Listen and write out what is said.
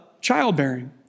Childbearing